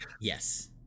Yes